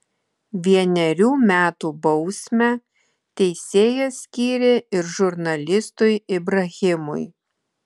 vienerių metų bausmę teisėjas skyrė ir žurnalistui ibrahimui